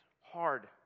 hard